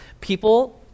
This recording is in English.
people –